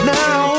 now